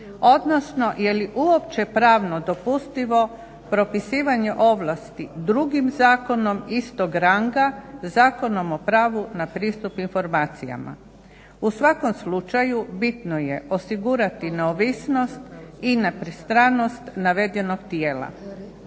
odnosno je li uopće pravno dopustivo propisivanje ovlasti drugim zakonom istog ranga Zakonom o pravu na pristup informacijama? U svakom slučaju bitno je osigurati neovisnost i nepristranost navedenog tijela.